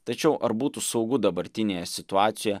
tačiau ar būtų saugu dabartinėje situacijoje